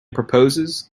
proposes